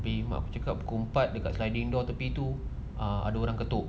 mak aku cakap pukul empat dekat sliding door tepi tu ah ada orang ketuk